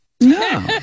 No